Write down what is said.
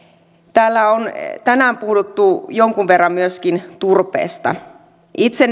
täällä on tänään puhuttu jonkun verran myöskin turpeesta itse